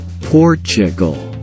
Portugal